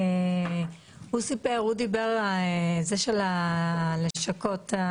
יריב סיפר את הסיפור של הלשכות.